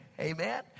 Amen